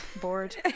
bored